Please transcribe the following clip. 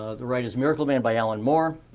the right is miracle man by alan moore.